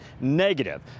negative